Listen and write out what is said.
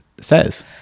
says